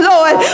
Lord